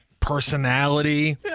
personality